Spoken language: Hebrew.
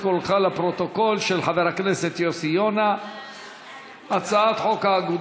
להצעה לסדר-היום ולהעביר את הנושא לוועדת העבודה,